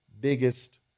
biggest